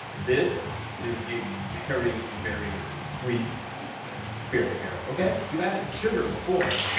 this is a very, very sweet spirit here. okay, you added sugar before.